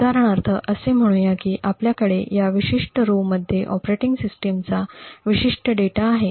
उदाहरणार्थ असे म्हणूया की आपल्याकडे या विशिष्ट पंक्तीमध्ये ऑपरेटिंग सिस्टमचा विशिष्ट डेटा आहे